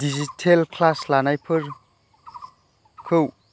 digital class लानायफोरखौ